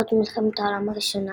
לפרוץ מלחמת העולם הראשונה.